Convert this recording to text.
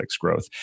growth